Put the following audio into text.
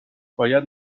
باید